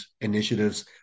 initiatives